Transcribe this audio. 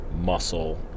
muscle